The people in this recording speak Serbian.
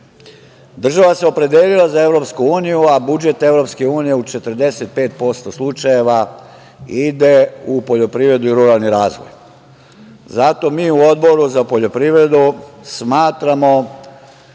se opredelila za EU, a budžet EU u 45% slučajeva ide u poljoprivredu i ruralni razvoj. Zato mi u Odboru za poljoprivredu smatramo